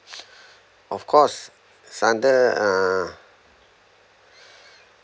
of course it's under um